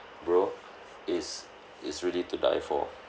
bro is is really to die for